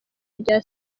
rya